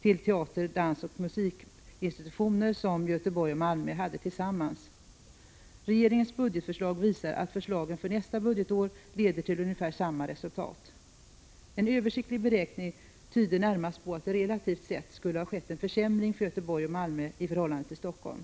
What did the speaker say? till teater-, dansoch musikinstitutioner som Göteborg och Malmö hade tillsammans. Regeringens budgetproposition visar att förslagen för nästa budgetår leder till ungefär samma resultat. En översiktlig beräkning tyder närmast på att det relativt sett skulle ha skett en försämring för Göteborg och Malmö i förhållande till Helsingfors.